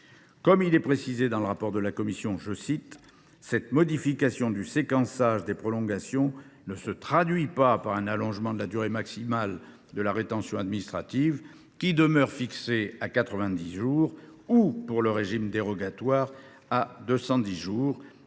Comme il est précisé dans le rapport de la commission, « cette modification du séquençage des prolongations ne se traduit pas par un allongement de la durée maximale de la rétention administrative, qui demeure fixée à 90 jours pour le régime dérogatoire, à 210 jours.